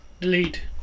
delete